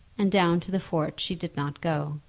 and down to the fort she did not go.